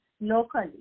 locally